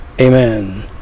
amen